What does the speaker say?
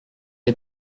est